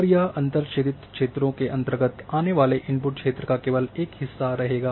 और यह अंतरछेदित क्षेत्रों के अंतर्गत आने वाले इनपुट क्षेत्र का केवल एक हिस्सा रहेगा